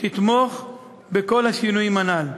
שתתמוך בכל השינויים הנ"ל.